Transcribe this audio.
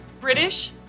British